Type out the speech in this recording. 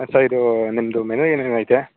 ಹಾಂ ಸರ್ ಇದು ನಿಮ್ಮದು ಮೆನು ಏನೇನೈತೆ